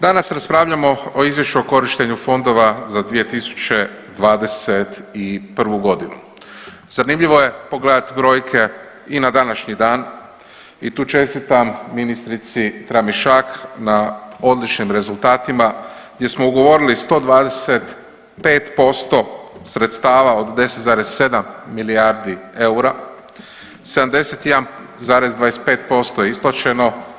Danas raspravljamo o izvješću o korištenju fondova za 2021.g., zanimljivo je pogledat brojke i na današnji dan i tu čestitam ministrici Tramišak na odličnim rezultatima gdje smo ugovorili 125% sredstava od 10,7 milijardi eura, 71,25% je isplaćeno.